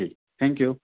ठीक थँक्यू